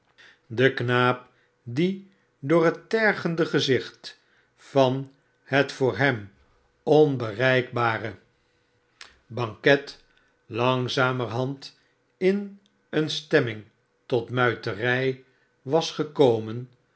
de knaap die door het tergende gezicht van het voor hem onbereikbare banket langzamerhand in eene stemming tot rryiiterij was gekomen